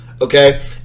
okay